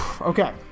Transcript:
Okay